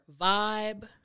vibe